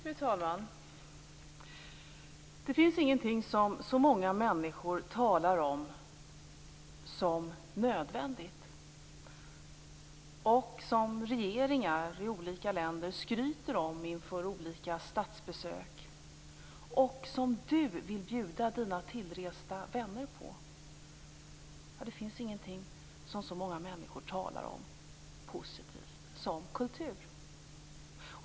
Fru talman! Det finns ingenting som så många människor talar så mycket om som nödvändigt, som regeringar i olika länder skryter om så mycket inför olika statsbesök och som man vill bjuda sina tillresta vänner på. Det finns ingenting annat som så många människor talar så positivt om som kultur.